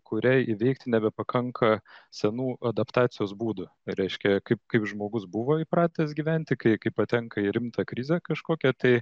kuriai įveikti nebepakanka senų adaptacijos būdų reiškia kaip kaip žmogus buvo įpratęs gyventi kai kai patenka į rimtą krizę kažkokią tai